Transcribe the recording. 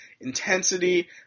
intensity